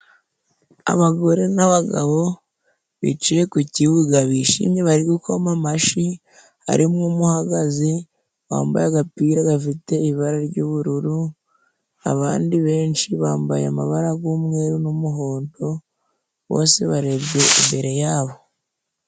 Abagore n'abagabo bicaye ku kibuga bishimye bari gukoma amashi. Harimo umwe uhagaze, wambaye agapira gafite ibara ry'ubururu, abandi benshi bambaye amabara g'umweru n'umuhondo, bose barebye imbere yabo.